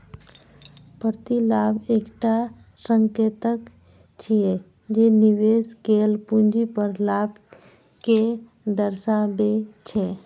प्रतिलाभ एकटा संकेतक छियै, जे निवेश कैल पूंजी पर लाभ कें दर्शाबै छै